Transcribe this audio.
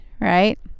right